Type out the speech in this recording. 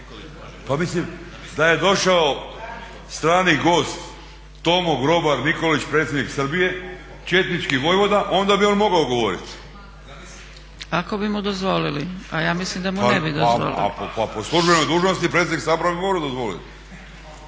Pa mislim da je došao strani gost Tomo Grobar Nikolić predsjednik Srbije, četnički vojvoda onda bi on mogao govoriti. **Zgrebec, Dragica (SDP)** Ako bi mu dozvolili a ja mislim da mu ne bi dozvolili. **Đakić, Josip (HDZ)** Pa po službenoj dužnosti predsjednik Sabora mu može dozvoliti.